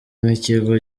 n’ikigo